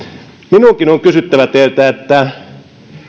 minunkin on kysyttävä teiltä että